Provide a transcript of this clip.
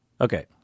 Okay